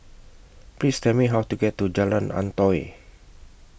Please Tell Me How to get to Jalan Antoi